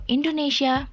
Indonesia